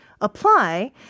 apply